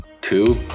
two